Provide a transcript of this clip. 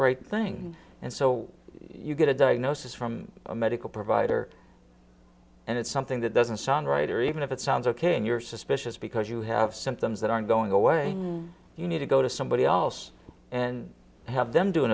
right thing and so you get a diagnosis from a medical provider and it's something that doesn't sound right or even if it sounds ok and you're suspicious because you have symptoms that aren't going away you need to go to somebody else and have them do